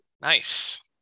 Nice